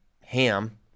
ham